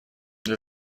для